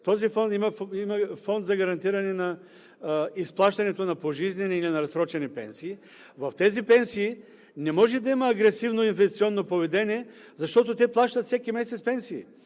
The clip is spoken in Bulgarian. Този фонд има фонд за гарантиране на изплащането на пожизнени или на разсрочени пенсии. В тези пенсии не може да има агресивно инвестиционно поведение, защото те плащат всеки месец пенсии.